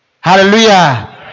Hallelujah